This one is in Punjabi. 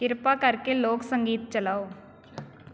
ਕਿਰਪਾ ਕਰਕੇ ਲੋਕ ਸੰਗੀਤ ਚਲਾਓ